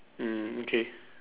mm okay